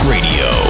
Radio